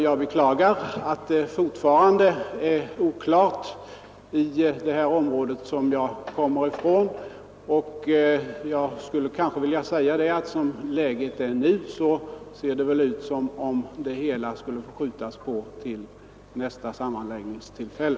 Jag beklagar att det fortfarande råder så stor oklarhet om de framtida kommungränserna inom det område som jag kommer ifrån. Som läget nu är, ser det ut som om det bästa skulle vara att skjuta på det definitiva avgörandet till nästa sammanläggningstillfälle.